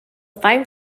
five